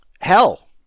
hell